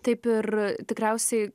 taip ir tikriausiai